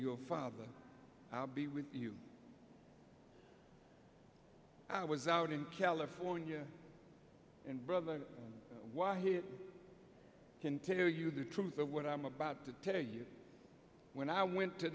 your father i'll be with you i was out in california and brother while here can tell you the truth of what i'm about to tell you when i went to